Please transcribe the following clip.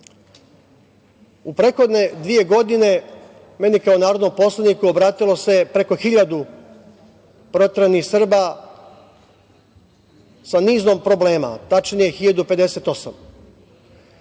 prethodne dve godine meni kao narodnom poslaniku obratilo se preko 1000 proteranih Srba sa nizom problema. Tačnije 1058.